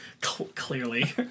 Clearly